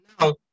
Now